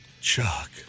chuck